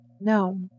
No